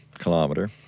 kilometer